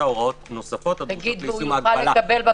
הוראות נוספות הדרושות ליישום ההגבלה",